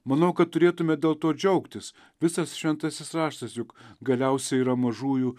manau kad turėtume dėl to džiaugtis visas šventasis raštas juk galiausiai yra mažųjų